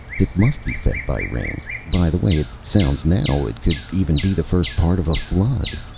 it must be fed by rain. by the way it sounds now, it could even be the first part of a flood.